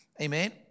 Amen